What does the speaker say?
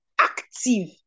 active